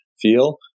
feel